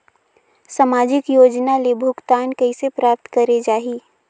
समाजिक योजना ले भुगतान कइसे प्राप्त करे जाहि?